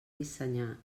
dissenyar